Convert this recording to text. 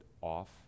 off